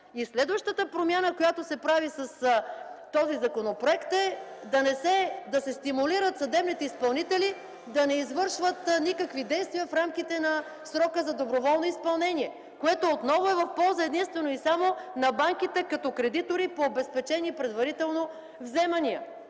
следващата промяна, която се прави с този законопроект, е да се стимулират съдебните изпълнители да не извършват никакви действия в рамките на срока за доброволно изпълнение, което отново е в полза единствено и само на банките като кредитори по обезпечени предварително вземания.